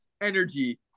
energy